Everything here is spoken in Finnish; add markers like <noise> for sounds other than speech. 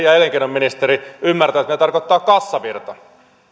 <unintelligible> ja elinkeinoministeri ymmärtävät mitä tarkoittaa kassavirta